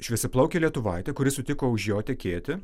šviesiaplaukę lietuvaitę kuri sutiko už jo tekėti